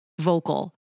vocal